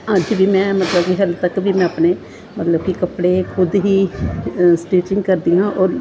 ਅੱਜ ਵੀ ਮੈਂ ਮਤਲਬ ਕਿ ਹਾਲੇ ਤੱਕ ਵੀ ਮੈਂ ਆਪਣੇ ਮਤਲਬ ਕਿ ਕੱਪੜੇ ਖੁਦ ਹੀ ਸਟਿਚਿੰਗ ਕਰਦੀ ਹਾਂ ਔਰ